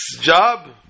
job